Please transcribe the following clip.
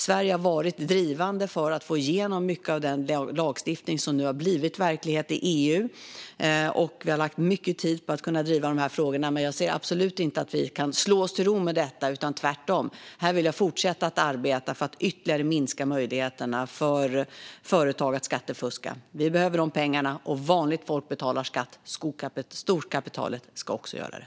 Sverige har varit drivande för att få igenom mycket av den lagstiftning som nu har blivit verklighet i EU, och vi har lagt mycket tid på att driva dessa frågor. Jag ser dock absolut inte att vi kan slå oss till ro med detta - tvärtom vill jag fortsätta att arbeta för att ytterligare minska möjligheterna för företag att skattefuska. Vi behöver de pengarna. Dessutom betalar vanligt folk skatt; storkapitalet ska också göra det.